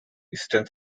eastern